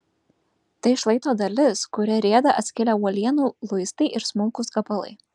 tai šlaito dalis kuria rieda atskilę uolienų luistai ir smulkūs gabalai